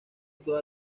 todas